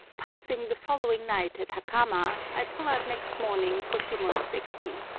passing the following night at hakama, i pull out next morning for shimonoseki.